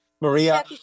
Maria